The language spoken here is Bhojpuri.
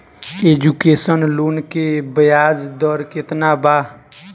एजुकेशन लोन के ब्याज दर केतना बा?